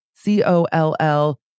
C-O-L-L